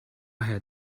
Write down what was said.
had